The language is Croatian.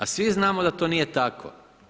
A svi znamo da to nije tako.